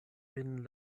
vin